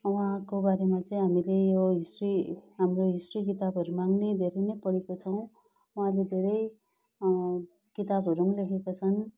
उहाँको बारेमा चाहिँ हामीले यो हिस्ट्री हाम्रो हिस्ट्री किताबहरूमा नि धेरै नै पढेको छौँ उहाँले धेरै किताबहरू पनि लेखेका छन्